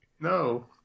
No